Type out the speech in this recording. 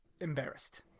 embarrassed